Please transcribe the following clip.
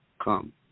come